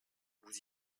vous